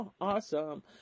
Awesome